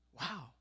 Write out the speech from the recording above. Wow